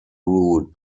route